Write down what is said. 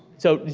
so,